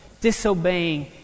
disobeying